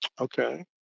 Okay